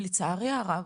ולצערי הרב,